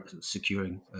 securing